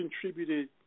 contributed